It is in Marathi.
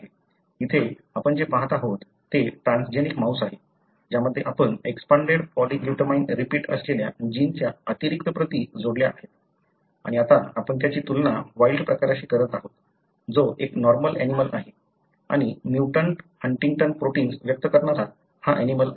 येथे आपण जे पाहत आहोत ते ट्रान्सजेनिक माऊस आहे ज्यामध्ये आपण एक्सपांडेड पॉलीग्लुटामाइन रिपीट असलेल्या जिनच्या अतिरिक्त प्रती जोडल्या आहेत आणि आता आपण त्याची तुलना वाइल्ड प्रकाराशी करत आहात जो एक नॉर्मल ऍनिमलं आहे आणि म्युटंट हंटिंग्टन प्रोटिन्स व्यक्त करणारा हा ऍनिमलं आहे